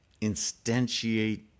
Instantiate